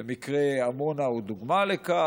ומקרה עמונה הוא דוגמה לכך,